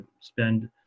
spend